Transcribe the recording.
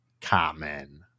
common